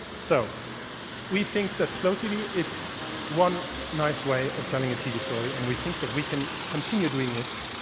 so we think that slow tv is one nice way of telling a tv story, and we think that we can continue doing it,